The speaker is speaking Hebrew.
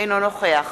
אינו נוכח